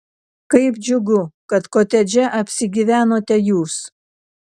kaip džiugu kad kotedže apsigyvenote jūs